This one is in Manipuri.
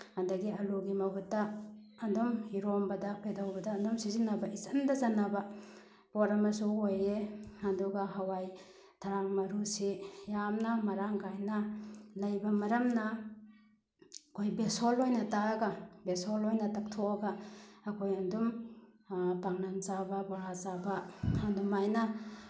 ꯑꯗꯒꯤ ꯑꯜꯂꯨꯒꯤ ꯃꯍꯨꯠꯇ ꯑꯗꯨꯝ ꯏꯔꯣꯟꯕꯗ ꯀꯩꯗꯧꯕꯗ ꯑꯗꯨꯝ ꯁꯤꯖꯤꯟꯅꯕ ꯏꯆꯟꯗ ꯆꯟꯅꯕ ꯄꯣꯠ ꯑꯃꯁꯨ ꯑꯣꯏꯌꯦ ꯑꯗꯨꯒ ꯍꯋꯥꯏ ꯊꯔꯥꯛ ꯃꯔꯨꯁꯦ ꯌꯥꯝꯅ ꯃꯔꯥꯡ ꯀꯥꯏꯅ ꯂꯩꯕ ꯃꯔꯝꯅ ꯑꯩꯈꯣꯏ ꯕꯦꯁꯣꯟ ꯑꯣꯏꯅ ꯇꯛꯑꯒ ꯕꯦꯁꯣꯟ ꯑꯣꯏꯅ ꯇꯛꯊꯣꯛꯑꯒ ꯑꯩꯈꯣꯏ ꯑꯗꯨꯝ ꯄꯥꯛꯅꯝ ꯆꯥꯕ ꯕꯣꯔꯥ ꯆꯥꯕ ꯑꯗꯨꯃꯥꯏꯅ